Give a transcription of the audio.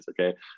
okay